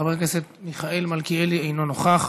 חבר הכנסת מיכאל מלכיאלי, אינו נוכח.